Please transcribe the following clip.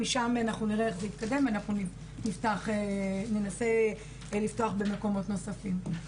משם אנחנו נראה איך זה יתקדם ואנחנו נפתח או ננסה לפתוח במקומות נוספים.